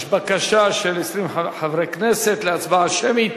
יש בקשה של 20 חברי כנסת להצבעה שמית.